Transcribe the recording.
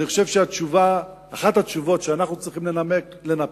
אני חושב שאחת התשובות שאנחנו צריכים לנפק,